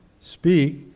speak